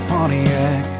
Pontiac